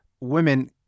women